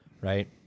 Right